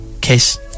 Kiss